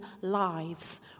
lives